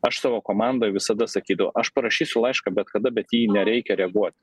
aš savo komandoj visada sakydavau aš parašysiu laišką bet kada bet į jį nereikia reaguot